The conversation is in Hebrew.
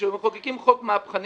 וכשמחוקקים חוק מהפכני,